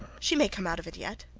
she may come out of it yet.